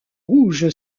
rouge